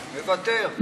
מוותר.